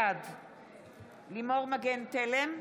בעד לימור מגן תלם,